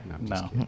No